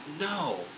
No